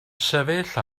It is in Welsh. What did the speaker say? sefyll